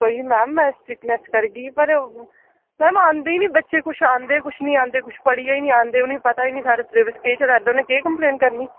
कोई नी मैम मैं स्ट्रिक्टनेस करगी पर मैम आंदे नी बच्चे कुछ आंदे कुछ नी आंदे कुछ पढ़ियै नी आंदे उ'नेंईं पता ही नी साढ़ा सलेबस केह् चला दा उ'नें केह् कम्प्लेन करनी